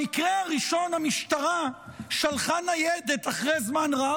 במקרה הראשון המשטרה שלחה ניידת אחרי זמן רב.